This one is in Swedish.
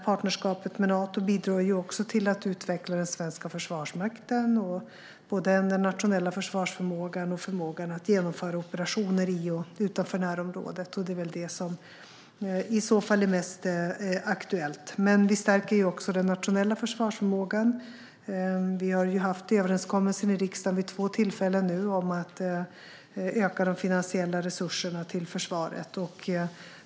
Partnerskapet med Nato bidrar också till att utveckla den svenska Försvarsmakten och såväl den nationella försvarsförmågan som förmågan att genomföra operationer i och utanför närområdet. Det är väl detta som är mest aktuellt i så fall. Vi stärker också den nationella försvarsförmågan. Vi har haft överenskommelser i riksdagen vid två tillfällen nu om att öka de finansiella resurserna till försvaret.